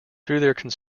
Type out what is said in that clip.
through